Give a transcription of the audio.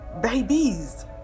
babies